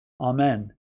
Amen